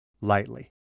lightly